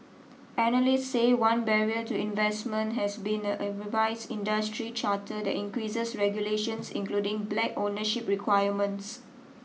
analysts say one barrier to investment has been a revised industry charter that increases regulations including black ownership requirements